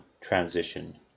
transition